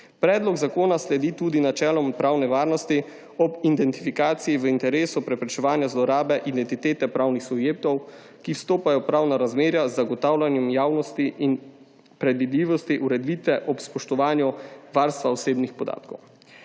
Predlog zakona sledi tudi načelom pravne varnosti ob identifikaciji v interesu preprečevanja zlorabe identitete pravnih subjektov, ki vstopajo v pravna razmerja z zagotavljanjem javnosti in predvidljivosti ureditve ob spoštovanju varstva osebnih podatkov.